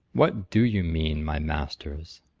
what do you mean, my masters.